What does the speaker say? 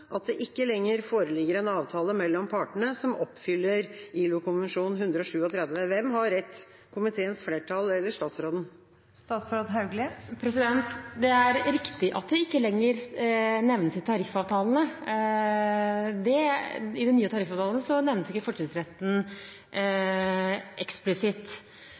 at det ikke lenger foreligger en avtale mellom partene som oppfyller ILO-konvensjon 137. Hvem har rett, komiteens flertall eller statsråden? Det er riktig at det ikke lenger nevnes i tariffavtalene. I de nye tariffavtalene nevnes ikke fortrinnsretten eksplisitt.